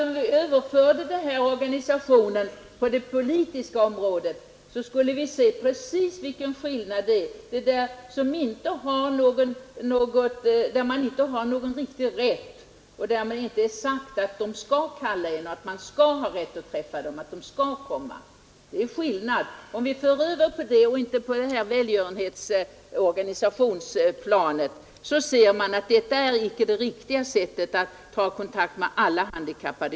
Om vi överförde den här organisationen på det politiska området, skulle vi se precis vilken skillnad det är mellan att ha rätt att framföra sina synpunkter eller ha chansen att eventuellt bli tillfrågad.